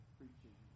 preaching